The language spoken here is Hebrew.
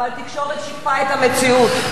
אבל התקשורת שיקפה את המציאות.